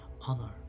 honor